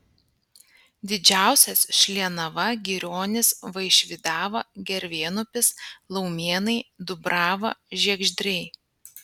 didžiausias šlienava girionys vaišvydava gervėnupis laumėnai dubrava žiegždriai